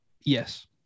Yes